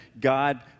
God